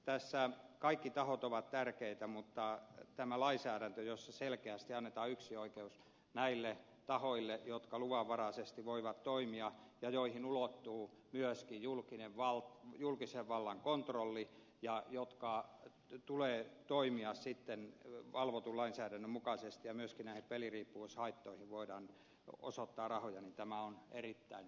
tässä kaikki tahot ovat tärkeitä mutta tämä lainsäädäntö jossa selkeästi annetaan yksinoikeus näille tahoille jotka toimivat luvanvaraisesti ja joihin myöskin ulottuu julkisen vallan kontrolli ja joiden tulee toimia valvotun lainsäädännön mukaisesti ja jossa myöskin näihin peliriippuvuushaittoihin voidaan osoittaa rahoja on erittäin